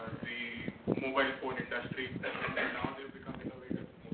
the mobile phone industry, and now, they have become innovators in